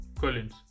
Collins